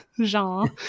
Jean